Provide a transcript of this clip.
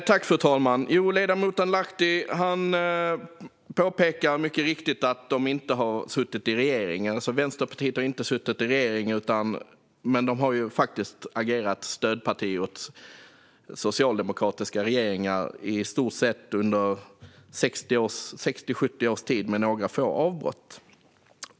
Fru talman! Ledamoten Lahti påpekar mycket riktigt att Vänsterpartiet inte har suttit i regeringen, men de har faktiskt agerat stödparti åt socialdemokratiska regeringar under 60-70 års tid, med några få avbrott.